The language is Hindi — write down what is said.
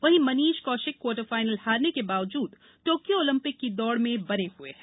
वहीं मनीष कौशिक क्वार्टर फाइनल हारने के बावजूद तोक्यो ओलिंपिक की दौड में बने हए हैं